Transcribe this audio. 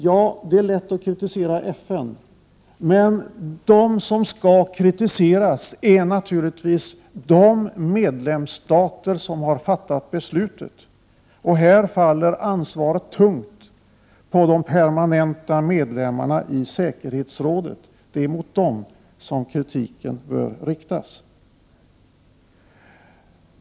Ja, det är lätt att kritisera FN, men de som skall kritiseras är naturligtvis de medlemsstater som har fattat beslutet, och här faller ansvaret tungt på de permanenta medlemmarna i säkerhetsrådet. Prot. 1988/89:99 Det är mot dem som kritiken bör riktas.